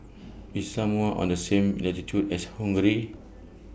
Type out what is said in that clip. IS Samoa on The same latitude as Hungary